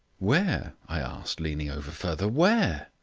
where? i asked, leaning over further, where?